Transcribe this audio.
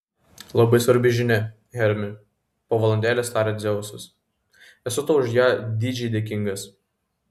labai svarbi žinia hermi po valandėlės tarė dzeusas esu tau už ją didžiai dėkingas